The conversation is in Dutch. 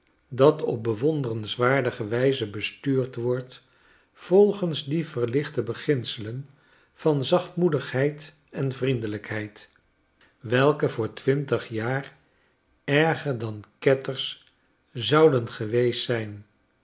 dat op bewonderenswaardige wyze bestuurd wordt volgens die verlichte beginselen van zachtmoedigheid en vriendelijkheid welke voor twintig jaar erger dan kettersch zouden geweest zijn